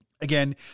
Again